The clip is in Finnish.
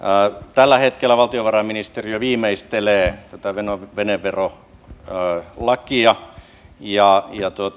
tällä hetkellä valtiovarainministeriö viimeistelee tätä veneverolakia